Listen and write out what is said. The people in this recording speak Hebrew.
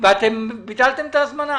ואתם ביטלתם את ההזמנה.